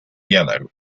yellow